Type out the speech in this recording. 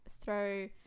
throw